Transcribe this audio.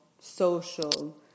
social